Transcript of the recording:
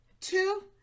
two